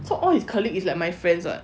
so all his colleague is like my friends [what]